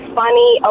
funny